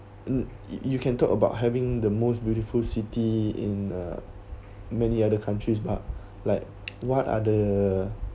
you can talk about having the most beautiful city in uh many other countries but like what are the